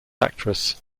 actress